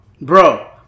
Bro